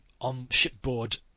on-shipboard